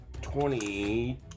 Twenty